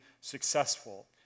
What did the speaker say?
successful